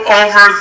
over